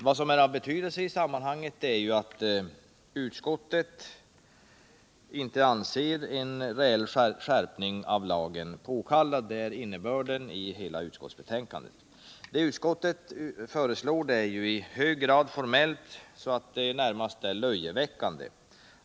Vad som har betydelse i sammanhanget är att utskottet 127 inte anser en reell skärpning av lagen påkallad: det är innebörden i hela utskotisbetänkandet. Det som utskottet föreslår är i så hög grad formellt att der närmast är löjeväckande.